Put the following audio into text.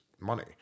money